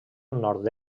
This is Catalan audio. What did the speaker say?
nord